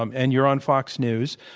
um and you're on fox news.